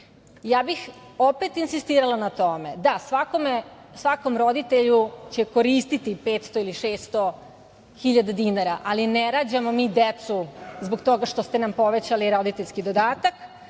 bih opet insistirala na tome, da, svakom roditelju će koristiti 500 ili 600 hiljada dinara, ali ne rađamo mi decu zbog toga što ste nam povećali roditeljski dodatak,